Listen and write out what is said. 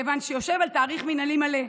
כיוון שהוא יושב על תאריך מינהלי מלא.